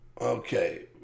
Okay